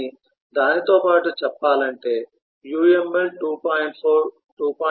కానీ దానితో పాటు చెప్పాలంటే UML 2